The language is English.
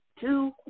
two